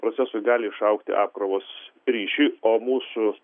procesui gali išaugti apkrovos ryšiui o mūsų